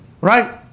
right